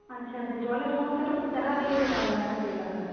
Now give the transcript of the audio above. আচ্ছা আচ্ছা জলের সমস্যাটা খুব দেখা দিয়েছে তাহলে আপনাদের এলাকায়